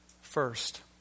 First